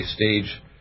stage